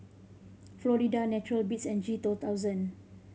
Florida Natural Beats and G two thousand